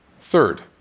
Third